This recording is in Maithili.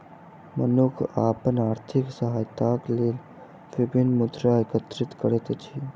मनुख अपन आर्थिक सहायताक लेल विभिन्न मुद्रा एकत्रित करैत अछि